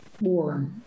war